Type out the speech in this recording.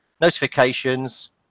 notifications